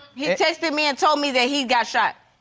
he texted me and told me that he'd got shot.